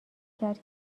کرد